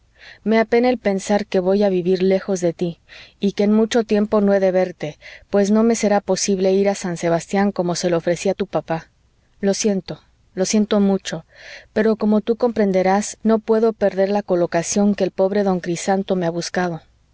me apena el pensar que voy a vivir lejos de tí y que en mucho tiempo no he de verte pues no me sera posible ir a san sebastián como se lo ofrecí a tu papá lo siento lo siento mucho pero como tú comprenderás no debo perder la colocación que el pobre don crisanto me ha buscado